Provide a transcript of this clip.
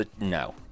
no